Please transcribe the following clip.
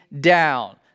down